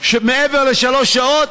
מעבר לשלוש שעות,